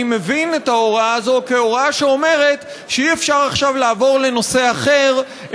אני מבין את ההוראה הזאת כהוראה שאומרת שאי-אפשר עכשיו לעבור לנושא אחר,